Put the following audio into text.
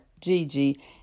Gigi